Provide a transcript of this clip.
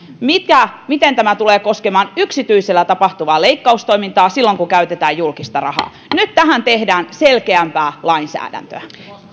miten tämä tulee koskemaan yksityisellä tapahtuvaa leikkaustoimintaa silloin kun käytetään julkista rahaa nyt tähän tehdään selkeämpää lainsäädäntöä